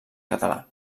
català